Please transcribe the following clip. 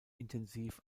intensiv